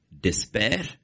despair